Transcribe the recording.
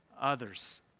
others